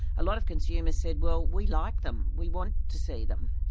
a lot of consumers said, well, we like them we want to see them.